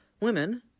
women